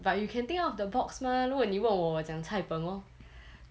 but you can think out of the box mah 如果你问我我讲 cai png lor